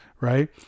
Right